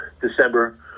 December